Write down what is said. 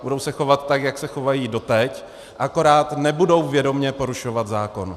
Budou se chovat tak, jako se chovali doteď, akorát nebudou vědomě porušovat zákon.